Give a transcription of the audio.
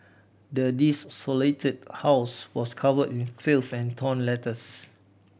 the desolated house was covered in filth and torn letters